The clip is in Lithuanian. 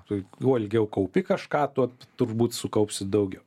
tai kuo ilgiau kaupi kažką tuo turbūt sukaupsi daugiau